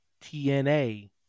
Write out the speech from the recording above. tna